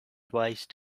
twice